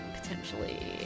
potentially